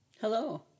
Hello